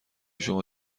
شما